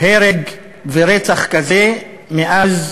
הרג ורצח כזה מאז